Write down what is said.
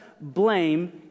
blame